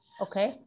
Okay